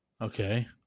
Okay